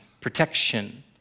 protection